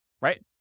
right